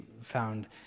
found